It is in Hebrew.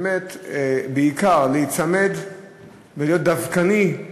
באמת, בעיקר להיצמד ולהיות דווקני,